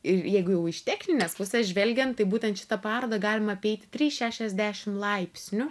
ir jeigu jau iš techninės pusės žvelgiant tai būtent šitą parodą galima apeiti trys šešiasdešim laipsnių